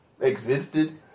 Existed